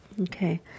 Okay